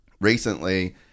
recently